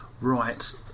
Right